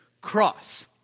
cross